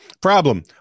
Problem